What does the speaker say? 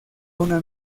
una